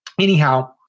Anyhow